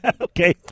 Okay